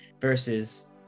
versus